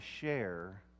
share